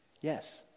Yes